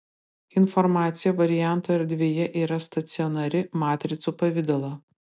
informacija variantų erdvėje yra stacionari matricų pavidalo